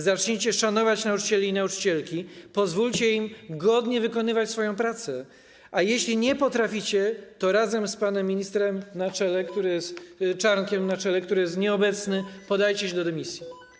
Zacznijcie szanować nauczycieli i nauczycielki, pozwólcie im godnie wykonywać swoją pracę, a jeśli nie potraficie, to razem z panem ministrem Czarnkiem na czele, który jest nieobecny, podajcie się do dymisji.